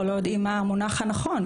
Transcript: או שלא יודעים מה המונח הנכון,